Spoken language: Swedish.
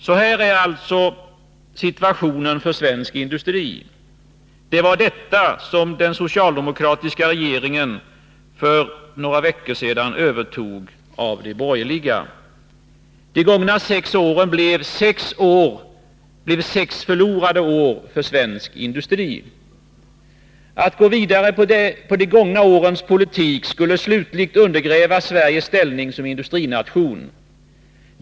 Sådan är alltså situationen för svensk industri. Det var detta som den socialdemokratiska regeringen för några veckor sedan övertog av de borgerliga. De gångna sex åren blev sex förlorade år för svensk industri. Att gå vidare på de gångna årens politik skulle slutligt undergräva Sveriges ställning som industrination.